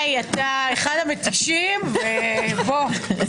אתה אחד המתישים, בוא, ראיתי דברים פה בכנסת.